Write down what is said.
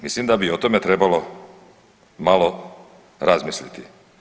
Mislim da bi o tome trebalo malo razmisliti.